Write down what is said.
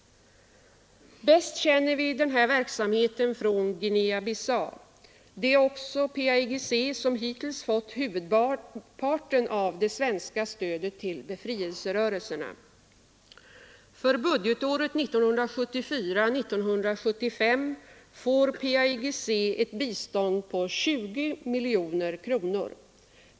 Bäst känner vi denna verksamhet från Guinea-Bissau. Det är också PAIGC som hittills fått huvudparten av det svenska stödet till befrielserörelserna. För budgetåret 1974/75 får PAIGC ett bistånd på 20 miljoner kronor.